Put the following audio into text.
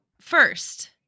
first